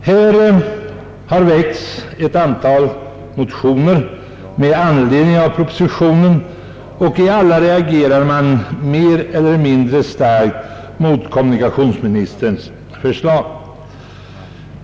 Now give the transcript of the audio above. Här har väckts ett antal motioner med anledning av propositionen. I alla reagerar man mer eller mindre starkt mot kommunikationsministerns förslag.